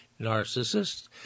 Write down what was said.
Narcissists